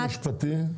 היועץ המשפטי,